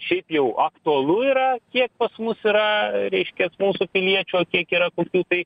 šiaip jau aktualu yra kiek pas mus yra reiškias mūsų piliečių o kiek yra kokių tai